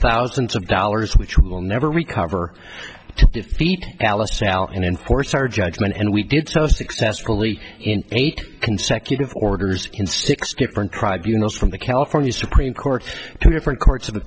thousands of dollars which will never recover to defeat alice now and enforce our judgment and we did so successfully in eight consecutive orders in six different tribunals from the california supreme court